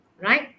right